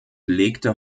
legte